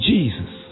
Jesus